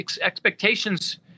expectations